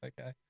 Okay